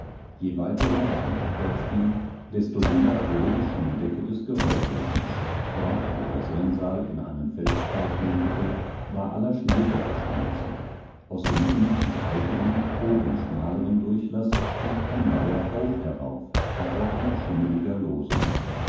je weiter er darin abwärts ging desto dünner wurde die schneedecke des geröllbodens dort wo das rinnsal in einen felsspalt mündete war aller schnee weggeschmolzen aus dem unten breiteren oben schmaleren durchlaß stieg ein lauer hauch herauf er roch nach schimmeliger losung